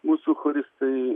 mūsų choristai